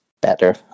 better